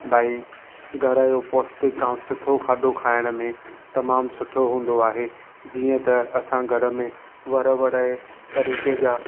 भई घर जो पौष्टिक ऐं सुठो खाधो खाइण में तमामु सुठो हुंदो आहे जीअं त अंसा घर मे वर वड़े तरीक़े जा